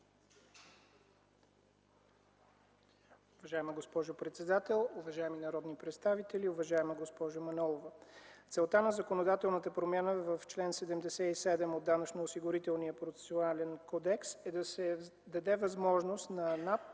Уважаема госпожо председател, уважаеми народни представители! Уважаема госпожо Манолова, целта на законодателната промяна в чл. 77 от Данъчно-осигурителния процесуален кодекс е да се даде възможност на НАП